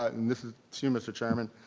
but and this is to mr. chairman.